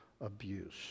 abuse